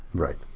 right.